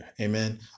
Amen